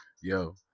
Yo